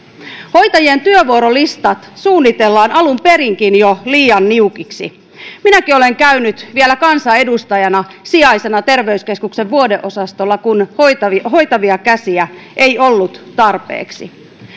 hoitajien työvuorolistat suunnitellaan alun perinkin jo liian niukiksi minäkin olen käynyt vielä kansanedustajana sijaisena terveyskeskuksen vuodeosastolla kun hoitavia hoitavia käsiä ei ollut tarpeeksi